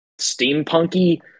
steampunky